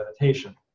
meditation